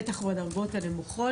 בטח בדרגות הנמוכות,